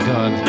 God